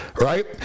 right